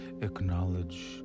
acknowledge